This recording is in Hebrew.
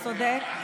צודק,